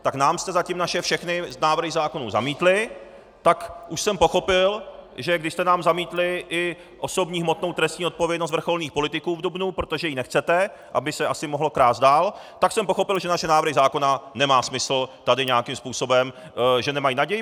Tak nám jste zatím naše všechny návrhy zákonů zamítli, tak už jsem pochopil, že když jste nám zamítli i osobní hmotnou trestní odpovědnost vrcholných politiků v dubnu, protože ji nechcete, aby se asi mohlo krást dál, tak jsem pochopil, že naše návrhy zákona nemá smysl tady nějakým způsobem že nemají naději.